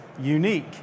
unique